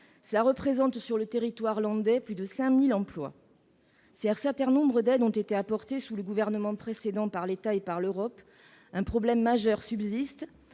Cela représente, sur le territoire landais, plus de 5 000 emplois. Si un certain nombre d'aides ont été apportées sous le gouvernement précédent par l'État et par l'Europe, un problème majeur subsiste